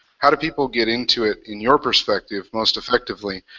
how do people get into it, in your perspective, most effectively?